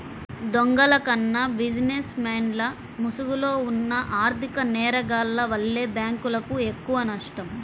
దొంగల కన్నా బిజినెస్ మెన్ల ముసుగులో ఉన్న ఆర్ధిక నేరగాల్ల వల్లే బ్యేంకులకు ఎక్కువనష్టం